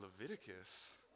Leviticus